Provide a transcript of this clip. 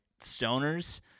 stoners